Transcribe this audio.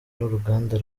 n’uruganda